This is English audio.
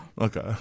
Okay